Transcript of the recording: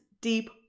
deep